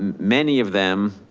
um many of them